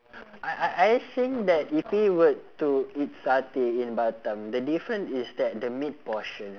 I I I think that if we were to eat satay in batam the different is that the meat portion